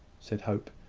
said hope.